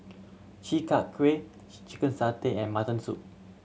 Chi Kak Kuih chicken satay and mutton soup